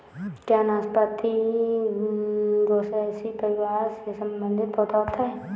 क्या नाशपाती रोसैसी परिवार से संबंधित पौधा होता है?